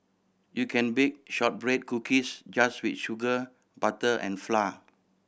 you can bake shortbread cookies just with sugar butter and flour